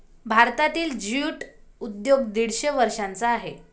भारतातील ज्यूट उद्योग दीडशे वर्षांचा आहे